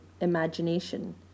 imagination